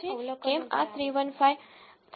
યાદ છે કેમ આ 315